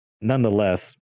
nonetheless